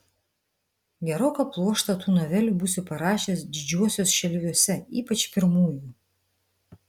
geroką pluoštą tų novelių būsiu parašęs didžiuosiuos šelviuose ypač pirmųjų